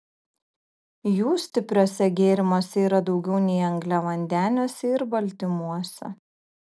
jų stipriuose gėrimuose yra daugiau nei angliavandeniuose ir baltymuose